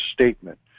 statement